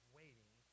waiting